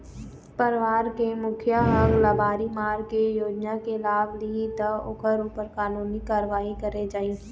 परवार के मुखिया ह लबारी मार के योजना के लाभ लिहि त ओखर ऊपर कानूनी कारवाही करे जाही